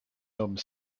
homme